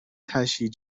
تشییع